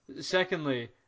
Secondly